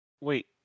Wait